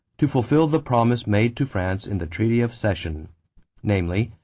to fulfill the promise made to france in the treaty of cession namely,